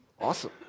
awesome